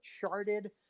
charted